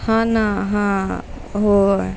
हा ना हां हो